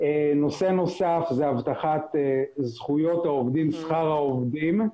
נושא נוסף זה הבטחת זכויות העובדים, שכר העובדים,